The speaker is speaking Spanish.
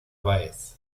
báez